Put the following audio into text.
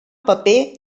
paper